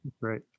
Right